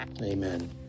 Amen